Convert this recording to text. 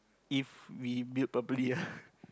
if we build properly ah